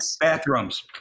Bathrooms